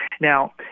Now